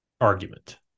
argument